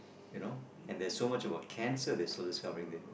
you know and there is so much about cancer they are still discovering